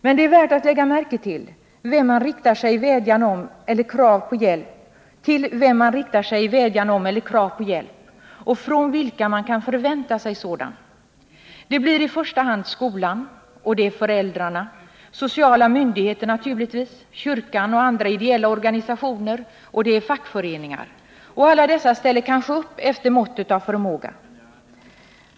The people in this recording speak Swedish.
Men det är värt att ge akt på till vem man riktar sig i vädjan om eller krav på hjälp och från vilka man kan förvänta sig sådan. Det blir i första hand skolan, föräldrarna, sociala myndigheter naturligtvis, kyrkan och andra ideella organisationer samt fackföreningar. Alla dessa ställer kanske också upp efter måttet av förmåga.